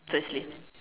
firstly